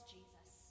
Jesus